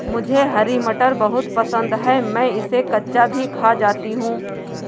मुझे हरी मटर बहुत पसंद है मैं इसे कच्चा भी खा जाती हूं